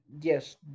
Yes